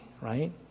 right